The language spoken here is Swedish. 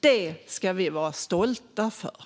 Det ska vi vara stolta över.